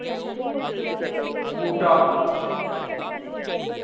बूह्टा